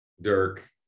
Dirk